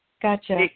Gotcha